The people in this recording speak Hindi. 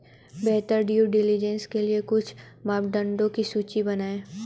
बेहतर ड्यू डिलिजेंस के लिए कुछ मापदंडों की सूची बनाएं?